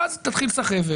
ואז תתחיל סחבת,